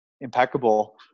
impeccable